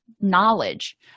knowledge